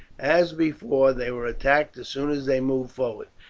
as before, they were attacked as soon as they moved forward.